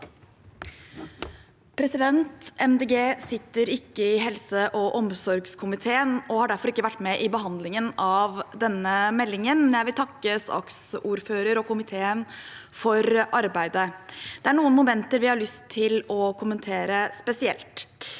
De Grønne sitter ikke i helse- og omsorgskomiteen og har derfor ikke vært med i behandlingen av denne meldingen. Jeg vil takke saksordføreren og komiteen for arbeidet. Det er noen momenter vi har lyst til å kommentere spesielt.